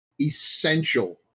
essential